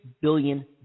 billion